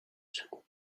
second